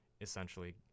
essentially